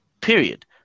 period